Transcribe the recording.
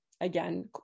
again